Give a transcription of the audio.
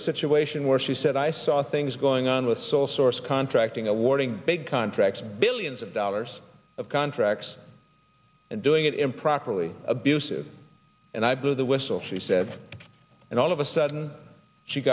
a situation where she said i saw things going on with sole source contracting awarding big contracts billions of dollars of contracts and doing it improperly abusive and i blew the whistle she said and all of a sudden she